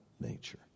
nature